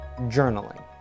journaling